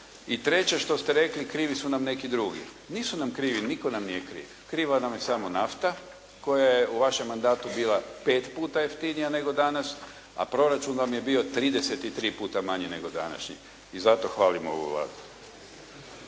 I treće što ste rekli. Krivi su nam neki drugi. Nisu nam krivi, nitko nam nije kriv. Kriva nam je samo nafta, koja je u vašem mandatu bila 5 puta bila jeftinija nego danas, a proračuna vam je bio 3 puta manji nego današnji. I zato hvalim ovu Vladu.